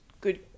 good